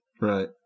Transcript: Right